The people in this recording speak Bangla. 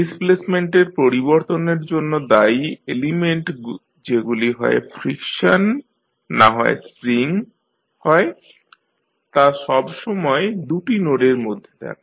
ডিসপ্লেসমেন্টের পরিবর্তনের জন্য দায়ী এলিমেন্ট যেগুলি হয় ফ্রিকশন নাহয় স্প্রিং হয় তা' সবসময় দু'টি নোডের মধ্যে থাকে